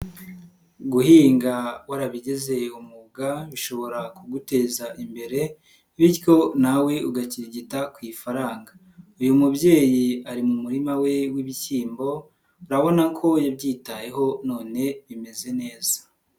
Guhinga warabigize umwuga bishobora kuguteza imbere bityo nawe ugakirigita ku ifaranga, uyu mubyeyi ari mu murima we w'ibishyimbo urabona ko yabyitayeho none bimeze neza.